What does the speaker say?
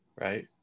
right